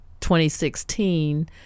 2016